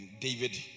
David